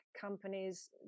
companies